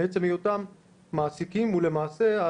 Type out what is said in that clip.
מעצם היותם מעסיקים ולמעשה,